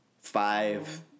five